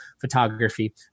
photography